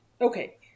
Okay